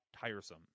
tiresome